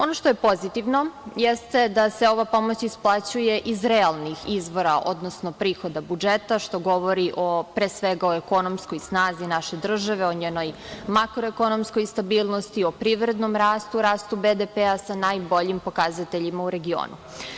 Ono što je pozitivno jeste da se ova pomoć isplaćuje iz realnih izvora, odnosno prihoda budžeta, što govori, pre svega, o ekonomskoj snazi naše države, o njenoj makroekonomskoj stabilnosti, o privrednom rastu, rastu BDP-a sa najboljim pokazateljima u regionu.